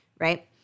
right